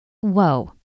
Whoa